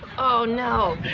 oh no!